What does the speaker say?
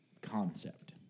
concept